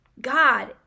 God